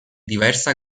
diversa